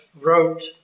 wrote